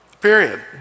Period